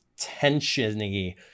tensiony